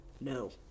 no